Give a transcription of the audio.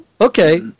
okay